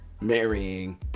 marrying